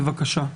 בבקשה.